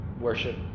worship